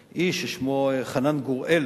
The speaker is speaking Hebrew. אדוני.